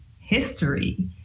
history